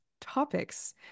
topics